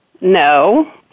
No